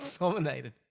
Nominated